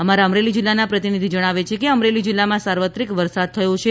અમારા અમરેલીના પ્રતિનિધિ જણાવે છે કે અમરેલી જીલ્લામાં સાર્વત્રિક વરસાદ થયો છે